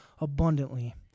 abundantly